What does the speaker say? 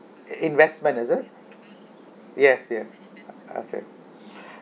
i~ investment is it yes yes okay